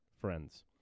friends